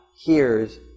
hears